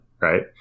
right